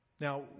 Now